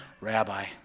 rabbi